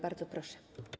Bardzo proszę.